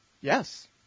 Yes